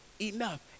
enough